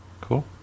Cool